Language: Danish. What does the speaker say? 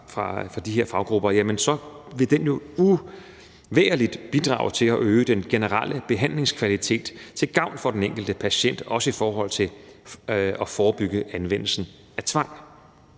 fra de her faggrupper, vil det jo uvægerligt bidrage til at øge den generelle behandlingskvalitet til gavn for den enkelte patient, også i forhold til at forebygge anvendelsen af tvang.